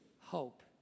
hope